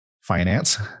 finance